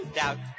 doubt